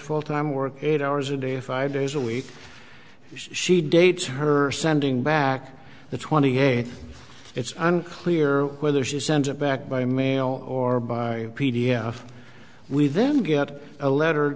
full time work eight hours a day five days a week she dates her sending back the twenty eight it's unclear whether she sent it back by mail or by p d f we then get a letter